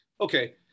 Okay